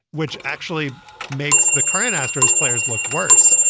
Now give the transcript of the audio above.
which actually makes the current astros players look worse,